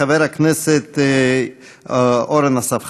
חבר הכנסת אורן אסף חזן.